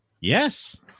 Yes